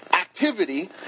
activity